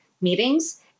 meetings